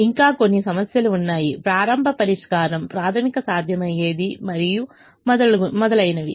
ఇంకా కొన్ని సమస్యలు ఉన్నాయి ప్రారంభ పరిష్కారం ప్రాథమిక సాధ్యమయ్యేది మరియు మొదలైనవి